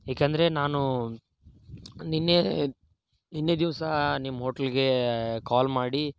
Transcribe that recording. ಏಕೆಂದ್ರೆ ನಾನು ನಿನ್ನೆ ನಿನ್ನೆ ದಿವಸ ನಿಮ್ಮ ಹೋಟ್ಲಿಗೆ ಕಾಲ್ ಮಾಡಿ